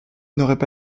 n’auraient